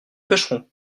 pêcherons